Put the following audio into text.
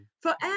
Forever